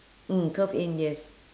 mm curve in yes